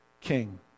king